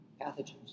pathogens